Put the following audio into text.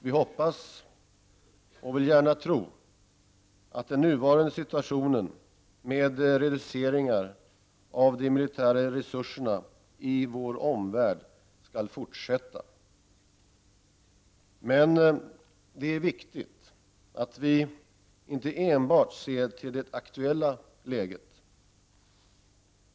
Vi hoppas och vill gärna tro att den nuvarande situationen med reduceringar av de av de militära resurserna i vår omvärld skall fortsätta, men det är viktigt att vi inte enbart ser till det aktuella läget.